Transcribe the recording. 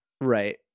Right